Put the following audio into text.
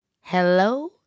Hello